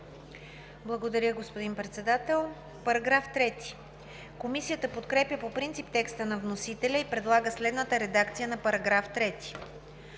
Благодаря Ви, господин Председател. Комисията подкрепя по принцип текста на вносителя и предлага следната редакция на § 2: „§ 2.